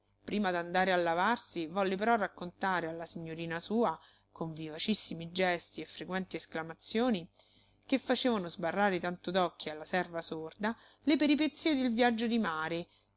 volto prima d'andare a lavarsi volle però raccontare alla signorina sua con vivacissimi gesti e frequenti esclamazioni che facevano sbarrare tanto d'occhi alla serva sorda le peripezie del viaggio di mare